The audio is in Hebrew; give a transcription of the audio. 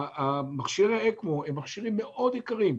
מכשירי אקמו הם מכשירים מאוד יקרים,